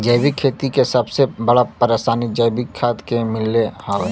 जैविक खेती के सबसे बड़ा परेशानी जैविक खाद के मिलले हौ